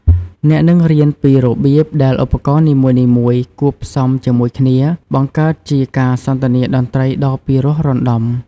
អ្នកនឹងរៀនពីរបៀបដែលឧបករណ៍នីមួយៗ គួបផ្សំជាមួយគ្នា បង្កើតជាការសន្ទនាតន្ត្រីដ៏ពិរោះរណ្ដំ។